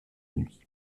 nuit